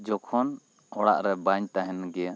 ᱡᱚᱠᱷᱚᱱ ᱚᱲᱟᱜ ᱨᱮ ᱵᱟᱹᱧ ᱛᱟᱦᱮᱱ ᱜᱮᱭᱟ